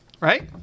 Right